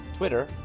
Twitter